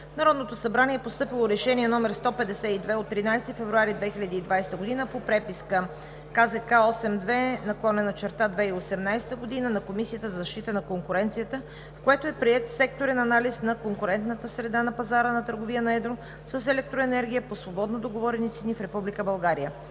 Народното събрание е постъпило Решение № 152 от 13 февруари 2020 г. по преписка № КЗК-82/2018 г. на Комисията за защита на конкуренцията, с което е приет Секторен анализ на конкурентната среда на пазара на търговия на едро с електроенергия по свободно договорени цени в